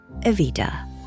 Evita